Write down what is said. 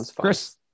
chris